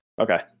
Okay